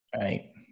Right